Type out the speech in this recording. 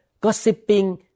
gossiping